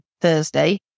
Thursday